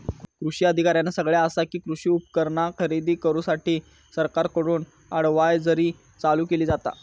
कृषी अधिकाऱ्यानं सगळ्यां आसा कि, कृषी उपकरणा खरेदी करूसाठी सरकारकडून अडव्हायजरी चालू केली जाता